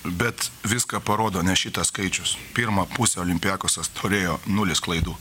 bet viską parodo ne šitas skaičius pirmą pusę olimpiakosas turėjo nulis klaidų